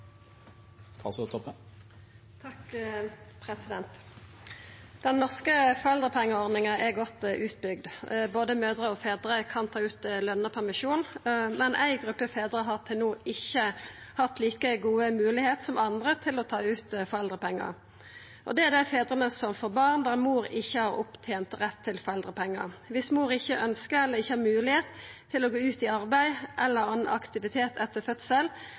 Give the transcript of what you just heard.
godt utbygd. Både mødrer og fedrar kan ta ut lønna permisjon, men ei gruppe fedrar har til no ikkje hatt like god moglegheit som andre til å ta ut foreldrepengar. Det er dei fedrane som får barn der mor ikkje har tent opp rett til foreldrepengar. Om mor ikkje ønskjer, eller ikkje har mogelegheit til å gå ut i arbeid eller annan aktivitet etter fødsel,